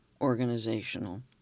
organizational